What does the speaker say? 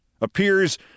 appears